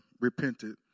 repented